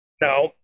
no